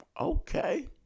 Okay